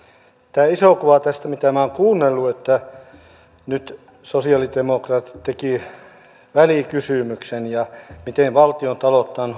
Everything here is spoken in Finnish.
tämä iso kuva tästä mitä minä olen kuunnellut mistä nyt sosialidemokraatit tekivät välikysymyksen ja miten valtiontaloutta on